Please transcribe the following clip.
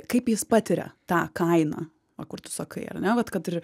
kaip jis patiria tą kainą va kur tu sakai ar ne vat kad ir